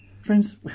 Friends